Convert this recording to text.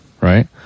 right